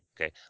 Okay